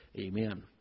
Amen